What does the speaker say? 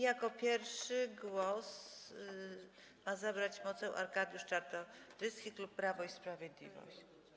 Jako pierwszy głos ma zabrać poseł Arkadiusz Czartoryski, klub Prawo i Sprawiedliwość.